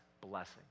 blessing